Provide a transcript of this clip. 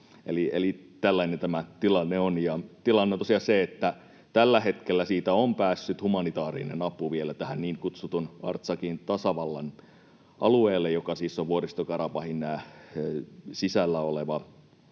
tällainen tämä tilanne on. Ja tilanne on tosiaan se, että tällä hetkellä siitä on päässyt humanitaarinen apu vielä tähän niin kutsutun Artsakhin tasavallan alueelle, joka siis on Vuoristo-Karabahin sisällä osittain